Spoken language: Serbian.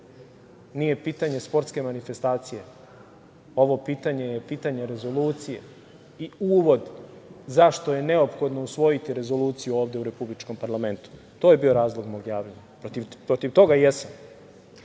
nije pitanje sportske manifestacije, ovo pitanje je pitanje rezolucije i uvod zašto je neophodno usvojiti rezoluciju ovde u republičkom parlamentu. To je bio razlog mog javljanja. Protiv toga sam,